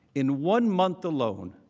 in one month alone,